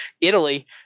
Italy